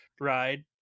ride